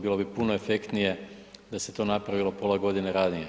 Bilo bi puno efektnije da se to napravilo pola godine ranije.